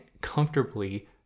comfortably